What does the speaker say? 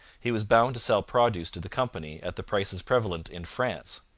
he was bound to sell produce to the company at the prices prevalent in france.